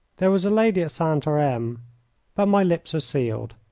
there was a lady at santarem but my lips are sealed.